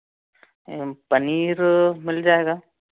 पनीर मिल जाएगा